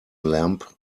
lamp